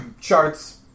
charts